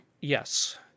Yes